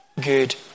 good